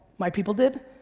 my people did.